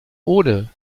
ohne